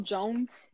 Jones